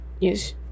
Yes